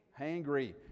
hangry